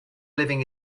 living